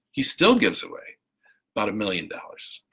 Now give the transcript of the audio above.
he still gives away about a million dollars.